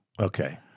Okay